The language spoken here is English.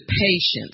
patience